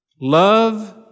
Love